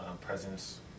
presence